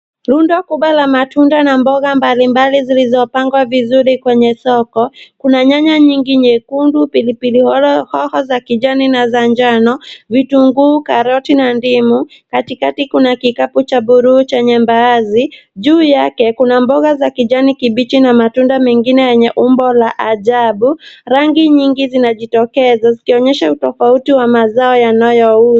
Rundo kubwa la matunda na mboga mbalimbali zilizopangwa vizuri kwenye soko. Kuna nyanya nyingi nyekundu, pilipili horo- hoho za kijani na za njano, vitunguu, karoti na ndimu. Katikati kuna kikapu cha bluu chenye mbaazi. Juu yake, kuna mboga za kijani kibichi na matunda mengine yenye umbo ya ajabu. Rangi nyingi zinajitokeza zikionyesha wingi wa mazao yanayou...